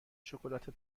شکلات